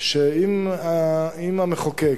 שאם המחוקק,